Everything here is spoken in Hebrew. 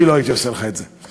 אני לא הייתי עושה לך את זה,